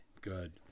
good